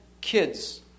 kids